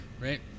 Right